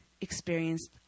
experienced